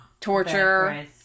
torture